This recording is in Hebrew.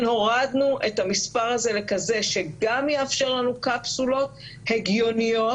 הורדנו את המספר הזה לכזה שגם יאפשר לנו קפסולות הגיוניות,